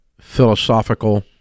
philosophical